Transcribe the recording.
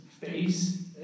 face